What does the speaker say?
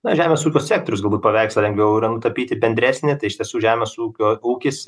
na žemės ūkio sektoriaus galbūt paveikslą lengviau yra nutapyti bendresnė tai iš tiesų žemės ūkio ūkis